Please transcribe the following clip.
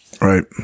Right